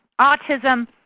autism